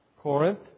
Corinth